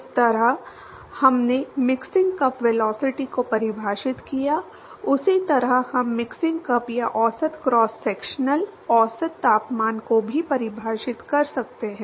जिस तरह हमने मिक्सिंग कप वेलोसिटी को परिभाषित किया है उसी तरह हम मिक्सिंग कप या औसत क्रॉस सेक्शनल औसत तापमान को भी परिभाषित कर सकते हैं